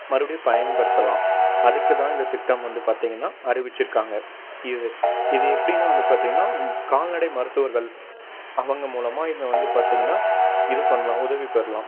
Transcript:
மறுபடியும் பயன்படுத்தலாம் அதுக்கு தான் இந்தத் திட்டம் வந்து பார்த்தீங்கன்னா அறிவிச்சிருக்காங்க இது இது எப்படின்னா வந்து பார்த்தீங்கன்னா கால்நடை மருத்துவர்கள் அவங்க மூலமாக இதை வந்து பார்த்தீங்கன்னா இது பண்ணலாம் உதவி பெறலாம்